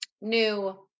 new